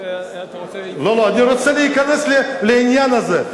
אני רוצה להיכנס לעניין הזה.